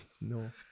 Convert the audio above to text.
No